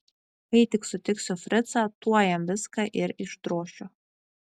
kai tik sutiksiu fricą tuoj jam viską ir išdrošiu